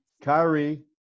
Kyrie